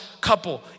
couple